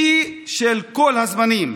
שיא של כל הזמנים,